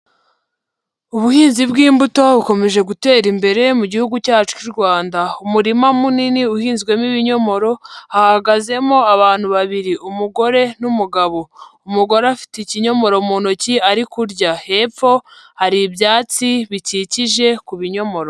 Ubuhinzi bw'imbuto bukomeje gutera imbere mu gihugu cyacu cy'u Rwanda, umurima munini uhinzwemo ibinyomoro hahagazemo abantu babiri umugore n'umugabo, umugore afite ikinyomoro mu ntoki ari kurya, hepfo hari ibyatsi bikikije ku binyomoro.